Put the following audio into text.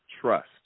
trust